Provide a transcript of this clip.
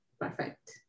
perfect